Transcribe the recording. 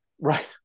Right